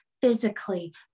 physically